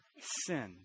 sin